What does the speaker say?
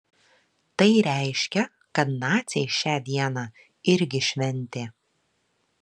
tai reiškia kad naciai šią dieną irgi šventė